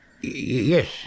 Yes